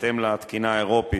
בהתאם לתקינה האירופית,